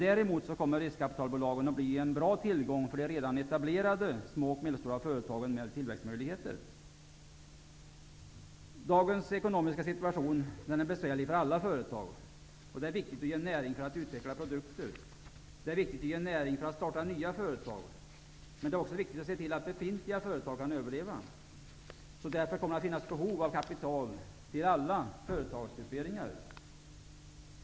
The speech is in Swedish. Däremot kommer riskkapitalbolagen att bli en bra tillgång för de redan etablerade små och medelstora företagen med tillväxtmöjligheter. Dagens ekonomiska sitution är besvärlig för alla företag. Det är viktigt att ge näring för att utveckla produkter, och det är viktigt att ge näring för att starta nya företag, men det är också viktigt att se till att befintliga företag kan överleva, och det kommer därför att finnas behov av kapital till alla företagsgrupperingar.